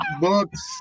books